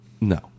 No